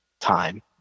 time